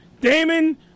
Damon